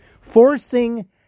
Forcing